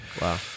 wow